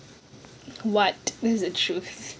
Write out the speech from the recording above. what is the truth